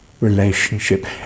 relationship